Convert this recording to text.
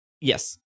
Yes